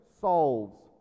solves